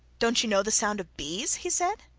don't you know the sound of bees he said.